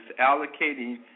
allocating